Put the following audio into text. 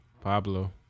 Pablo